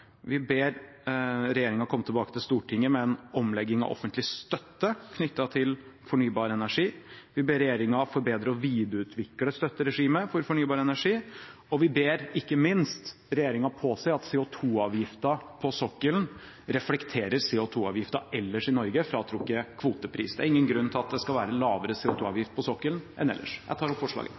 Vi ber regjeringen komme tilbake til Stortinget med en omlegging av offentlig støtte knyttet til fornybar energi. Vi ber regjeringen forbedre og videreutvikle støtteregimet for fornybar energi. Og vi ber ikke minst regjeringen påse at CO2-avgiften på sokkelen reflekterer CO2-avgiften ellers i Norge fratrukket kvotepris. Det er ingen grunn til at det skal være lavere CO2-avgift på sokkelen enn ellers. Jeg tar opp